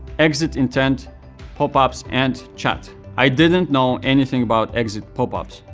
exit intent popups and chat. i didn't know anything about exit popups,